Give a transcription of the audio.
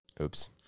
Oops